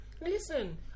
listen